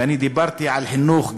ודיברתי על חינוך,